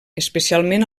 especialment